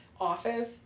office